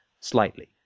slightly